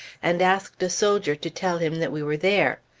and asked a soldier to tell him that we were there.